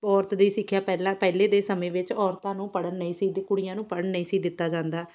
ਔਰਤ ਦੀ ਸਿੱਖਿਆ ਪਹਿਲਾਂ ਪਹਿਲੇ ਦੇ ਸਮੇਂ ਵਿੱਚ ਔਰਤਾਂ ਨੂੰ ਪੜ੍ਹਨ ਨਹੀਂ ਸੀ ਦਿ ਕੁੜੀਆਂ ਨੂੰ ਪੜ੍ਹਨ ਨਹੀਂ ਸੀ ਦਿੱਤਾ ਜਾਂਦਾ